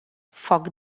foc